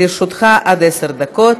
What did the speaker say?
לרשותך עד עשר דקות.